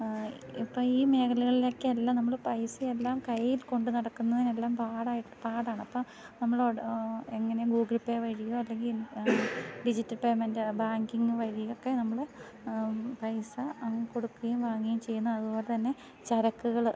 ഇപ്പം ഈ മേഖലകളിൽ ഒക്കെ എല്ലാം നമ്മള് പൈസയെല്ലാം കയ്യിൽ കൊണ്ട് നടക്കുന്നതെല്ലാം പാടായി പാടാണിപ്പം നമ്മളോട് എങ്ങനെ ഗൂഗിൾ പേ വഴിയോ അല്ലെങ്കിൽ ഡിജിറ്റൽ പേയ്മെന്റ് ബാങ്കിംഗ് വഴിയൊക്കെ നമ്മള് പൈസ കൊടുക്കുകയും വാങ്ങുകയും ചെയ്യുന്ന അതുപോലെ തന്നെ ചരക്കുകൾ